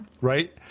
Right